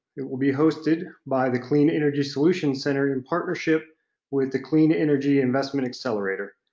it will be hosted by the clean energy solutions center in partnership with the clean energy investment accelerator.